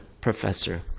professor